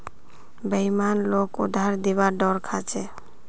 बेईमान लोगक उधार दिबार डोर लाग छ